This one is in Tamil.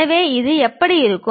எனவே இது எப்படி இருக்கும்